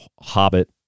hobbit